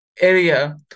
area